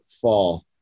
fall